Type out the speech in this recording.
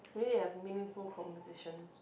really have meaningful conversations